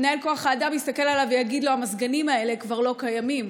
מנהל כוח האדם יסתכל עליו ויגיד לו: המזגנים האלה כבר לא קיימים,